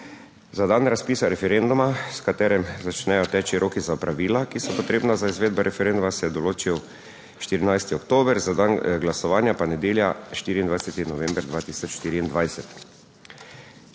Za dan razpisa referenduma, s katerim začnejo teči roki za opravila, ki so potrebna za izvedbo referenduma, se je določil 14. oktober, za dan glasovanja pa nedelja, 24. november 2024.